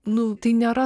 nu tai nėra